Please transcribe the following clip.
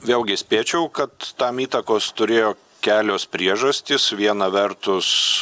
vėlgi spėčiau kad tam įtakos turėjo kelios priežastys viena vertus